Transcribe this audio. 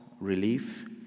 relief